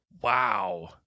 Wow